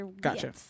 gotcha